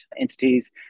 entities